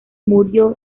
murió